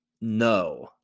no